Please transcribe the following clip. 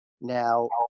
now